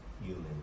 human